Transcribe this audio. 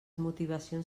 motivacions